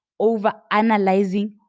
overanalyzing